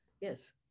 yes